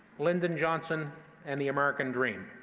lyndon johnson and the american dream.